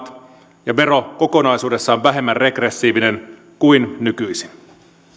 nykyistä oikeellisemmat ja vero kokonaisuudessaan vähemmän regressiivinen kuin nykyisin